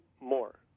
more